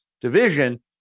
division